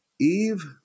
Eve